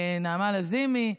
נעמה לזימי,